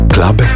Club